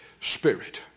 spirit